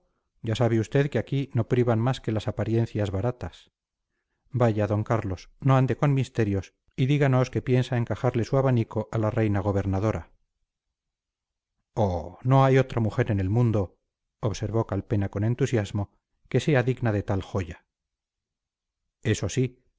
ya sabe usted que aquí no privan más que las apariencias baratas vaya d carlos no ande con misterios y díganos que piensa encajarle su abanico a la reina gobernadora oh no hay otra mujer en el mundo observó calpena con entusiasmo que sea digna de tal joya eso sí